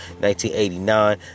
1989